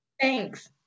thanks